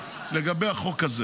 --- לגבי החוק הזה